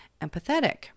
empathetic